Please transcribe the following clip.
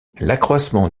l’accroissement